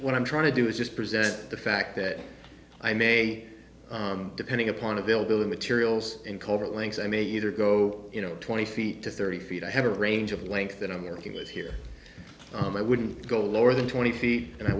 t i'm trying to do is just present the fact that i may depending upon availability materials and covert links i may either go you know twenty feet to thirty feet i have a range of length that i'm working with here and i wouldn't go lower than twenty feet and i